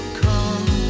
come